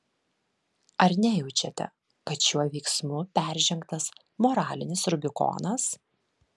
ar nejaučiate kad šiuo veiksmu peržengtas moralinis rubikonas